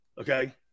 Okay